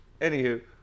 Anywho